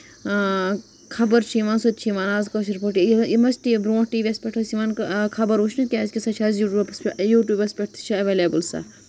خَبر چھِ یِوان سۄ تہِ چھِ یِوان آز کٲشِر پٲٹھی یَم اسہِ برونٹھ ٹی وِیس پٮ۪ٹھ ٲسۍ یِوان خبر وٕچھنہِ کیازِ کہِ سۄ چھےٚ اَز یوٗٹوٗبَس پٮ۪ٹھ تہِ چھےٚ ایویلیبٔل سۄ